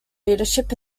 leadership